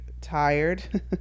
tired